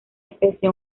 especie